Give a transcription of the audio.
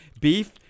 Beef